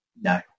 no